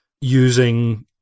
using